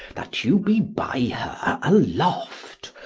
that you be by her aloft,